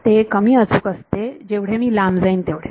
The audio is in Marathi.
हे कमी अचूक असते जेवढे मी लांब जाईन तेवढे